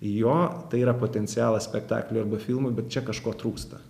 jo tai yra potencialas spektaklio arba filmo bet čia kažko trūksta